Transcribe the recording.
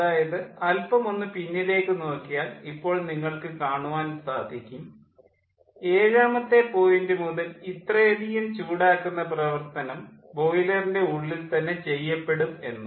അതായത് അല്പമൊന്ന് പിന്നിലേക്ക് നോക്കിയാൽ ഇപ്പോൾ നിങ്ങൾക്ക് കാണുവാൻ സാധിക്കും ഏഴാമത്തെ പോയിൻ്റ് മുതൽ ഇത്രയധികം ചൂടാക്കുന്ന പ്രവർത്തനം ബോയിലറിൻ്റെ ഉള്ളിൽ തന്നെ ചെയ്യപ്പെടും എന്ന്